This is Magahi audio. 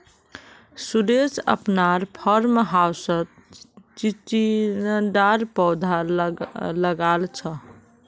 सुरेश अपनार फार्म हाउसत चिचिण्डार पौधा लगाल छ